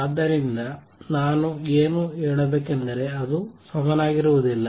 ಆದ್ದರಿಂದ ನಾನು ಏನು ಹೇಳಬೇಕೆಂದರೆ ಅದು ಸಮನಾಗಿರುವುದಿಲ್ಲ